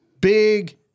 big